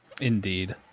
Indeed